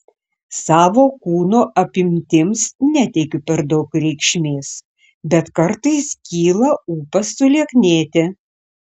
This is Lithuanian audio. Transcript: savo kūno apimtims neteikiu per daug reikšmės bet kartais kyla ūpas sulieknėti